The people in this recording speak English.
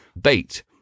bait